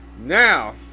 Now